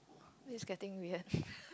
this is getting weird